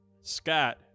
Scott